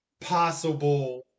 possible